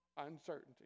uncertainty